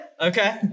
Okay